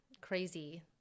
crazy